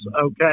okay